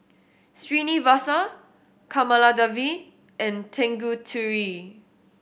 Srinivasa Kamaladevi and Tanguturi